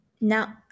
now